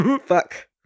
fuck